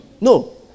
No